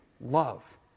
love